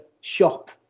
shop